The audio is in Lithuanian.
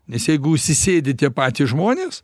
nes jeigu užsisėdi tie patys žmonės